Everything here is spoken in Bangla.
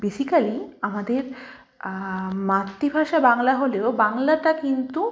বেসিকালি আমাদের মাতৃভাষা বাংলা হলেও বাংলাটা কিন্তু